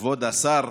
כבוד השר